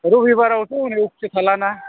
रबिबारावथ' हनै अफिसा थालाना